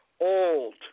old